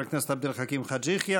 הכנסת עבד אל חכים חאג' יחיא.